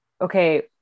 okay